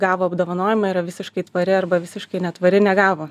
gavo apdovanojimą yra visiškai tvari arba visiškai netvari negavo